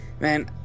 man